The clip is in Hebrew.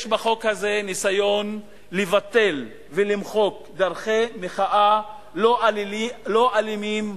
יש בחוק הזה ניסיון לבטל ולמחוק דרכי מחאה לא אלימות,